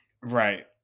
Right